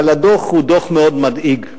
אבל הדוח הוא דוח מאוד מדאיג,